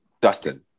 Dustin